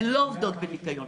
הן לא עובדות בניקיון.